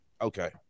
Okay